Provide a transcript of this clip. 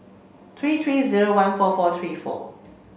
three three zero one four four three four